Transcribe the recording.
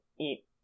eat